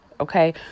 Okay